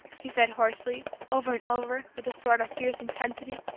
he said hoarsely, over and over, with a sort of fierce intensity.